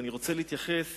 ואני רוצה להתייחס